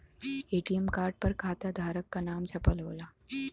ATM card पर खाताधारक क नाम छपल होला